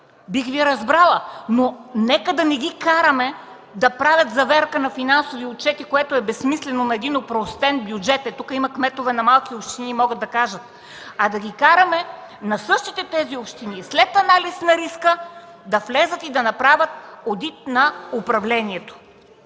бих Ви разбрала, но нека не ги караме да правят заверка на финансови отчети, което е безсмислено на опростен бюджет – тук има кметове на малки общини, могат да кажат, а да ги караме на същите тези общини след анализ на риска да влязат и да направят одит на финансите.